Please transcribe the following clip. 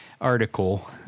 article